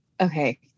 Okay